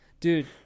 Dude